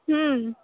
হুম